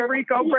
Rico